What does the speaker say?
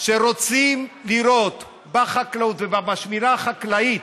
שרוצים לראות בחקלאות ובשמירה החקלאית,